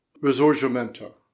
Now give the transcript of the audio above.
Risorgimento